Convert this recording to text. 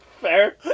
Fair